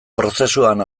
prozesuan